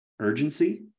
urgency